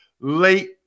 late